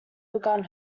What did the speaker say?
began